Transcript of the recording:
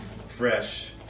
fresh